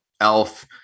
elf